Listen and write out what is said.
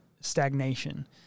stagnation